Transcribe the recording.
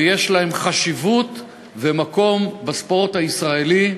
ויש להם חשיבות ומקום בספורט הישראלי,